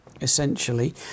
essentially